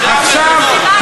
לסכסוך הישראלי ערבי.